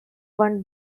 one